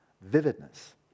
vividness